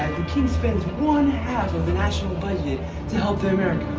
the king spends one two of the national budget to help the america